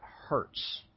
hurts